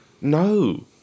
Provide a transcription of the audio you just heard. no